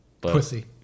Pussy